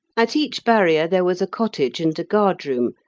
at each barrier there was a cottage and a guard-room,